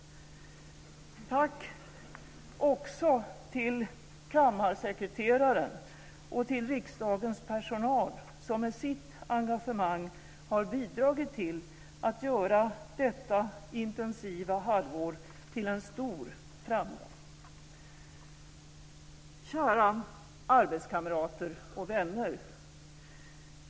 Tack också till kammarsekreteraren och till riksdagens personal som med sitt engagemang har bidragit till att göra detta intensiva halvår till en stor framgång. Kära arbetskamrater och vänner!